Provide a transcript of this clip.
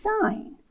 sign